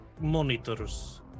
monitors